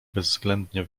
bezwzględnie